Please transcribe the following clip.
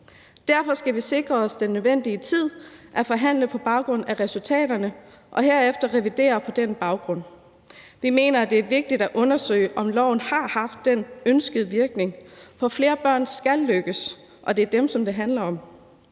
Derfor skal vi sikre os den nødvendige tid til at forhandle på baggrund af resultaterne og herefter revidere på den baggrund. Vi mener, at det er vigtigt at undersøge, om loven har haft den ønskede virkning, for flere børn skal lykkes, og det er dem, som det handler om.